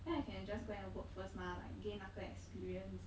then I can just go and work first 吗 like gain 那个 experience